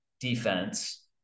defense